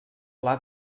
pla